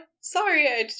Sorry